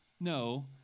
No